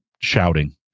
shouting